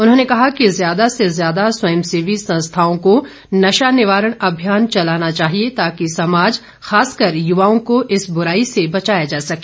उन्होंने कहा कि ज्यादा से ज्याद स्वयंसेवी संस्थाओं को नशा निवारण अभियान चलाना चाहिए ताकि समाज खासकर युवाओं को इस बुराई से बचाया जा सके